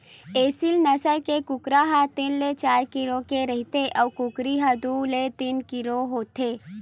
एसील नसल के कुकरा ह तीन ले चार किलो के रहिथे अउ कुकरी ह दू ले तीन किलो होथे